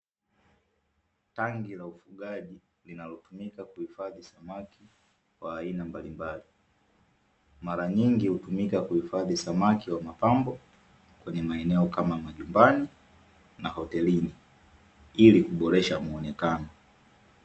Tangi la ufugaji, linalotumika kuhifadhi samaki wa aina mbalimbali. Mara nyingi hutumika kuhifadhi samaki wa mapambo, kwenye maeneo kama majumbani na hotelini ili kuboresha muonekano.